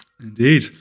indeed